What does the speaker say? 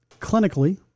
clinically